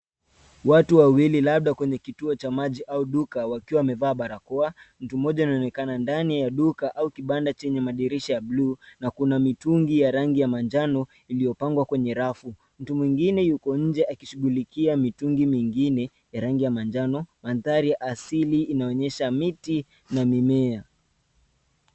Watu wawili, labda kwenye kituo cha maji au duka, wakiwa wamevaa barakoa. Mtu mmoja anaonekana ndani ya duka au kibanda chenye madirisha ya blue , na kuna mitungi ya rangi ya manjano iliyopangwa kwenye rafu. Mtu mwingine yuko nje akishughulikia mitungi mingine ya rangi ya manjano. Mandhari asili inaonyesha miti na mimea.